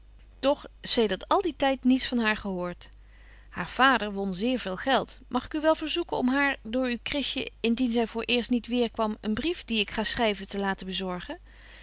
doch zedert al dien tyd niets van haar gehoort haar vader won zeer veel geld mag ik u wel verzoeken om haar door uw krisje indien zy voor eerst niet weêrkwam een brief dien ik ga schryven te laten bezorgen